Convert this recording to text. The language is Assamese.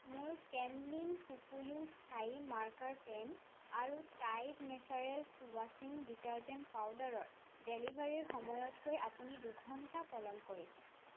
মোৰ কেম্লিন কুকুয়ো স্থায়ী মাৰ্কাৰ পেন আৰু টাইড নেচাৰেলছ ৱাশ্বিং ডিটাৰজেন্ট পাউদাৰৰ ডেলিভাৰীৰ সময়তকৈ আপুনি দুঘণ্টা পলম কৰিছে